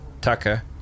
tucker